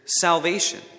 salvation